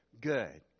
good